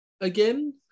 Again